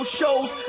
shows